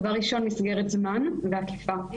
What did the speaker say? דבר ראשון מסגרת זמן ואכיפה.